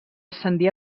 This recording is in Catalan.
ascendí